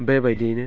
बे बायदियैनो